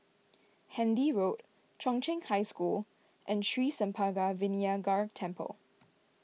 Handy Road Chung Cheng High School and Sri Senpaga Vinayagar Temple